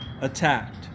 attacked